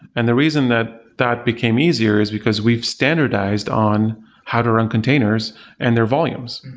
and the reason that that became easier is because we've standardized on how to run containers and their volumes,